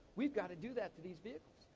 we've gotta do that to these vehicles.